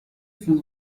von